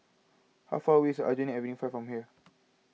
how far away is Aljunied Avenue four from here